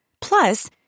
Plus